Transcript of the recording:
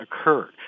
occurred